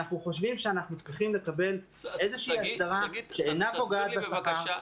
אנחנו חושבים שאנחנו צריכים לקבל איזו הסדרה שאינה פוגעת בשכר.